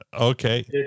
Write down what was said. okay